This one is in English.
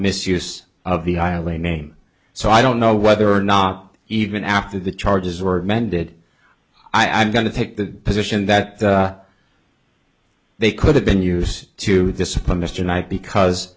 misuse of the i have a name so i don't know whether or not even after the charges were amended i'm going to take the position that they could have been used to discipline mr knight because